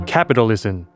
Capitalism